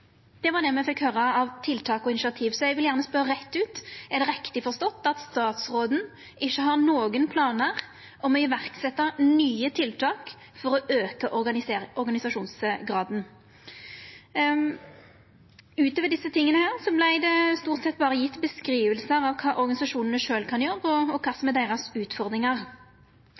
det var det – det var det me fekk høyra av tiltak og initiativ. Så eg vil gjerne spørja rett ut: Er det riktig forstått at statsråden ikkje har nokon planar om å setja i verk nye tiltak for å auka organisasjonsgraden? Utover desse tinga vart det stort sett berre gjeve beskrivingar av kva organisasjonane sjølve kan gjera, og kva som er utfordringane deira.